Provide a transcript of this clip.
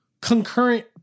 concurrent